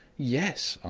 yes,